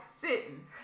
sitting